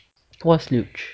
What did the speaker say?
what's luge